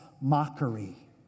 mockery